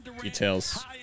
details